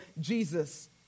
Jesus